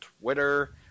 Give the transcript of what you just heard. Twitter